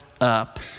up